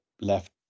left